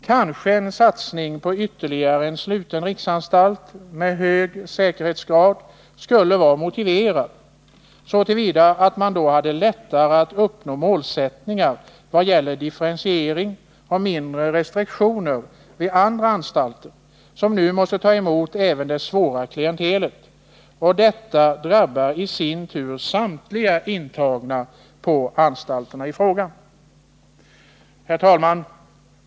Kanske en satsning på ytterligare en sluten riksanstalt med hög säkerhetsgrad skulle vara motiverad, så till vida att man då hade lättare att uppnå målen i fråga om differentiering och mindre restriktioner vid andra anstalter, som nu måste ta emot även det svåra klientelet. Detta drabbar i sin tur samtliga intagna på anstalterna i fråga. Herr talman!